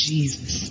Jesus